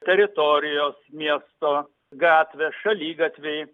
teritorijos miesto gatvės šaligatviai